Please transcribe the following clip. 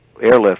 airlift